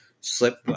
Slip